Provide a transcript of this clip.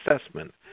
assessment